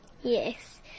Yes